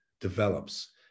develops